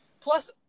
plus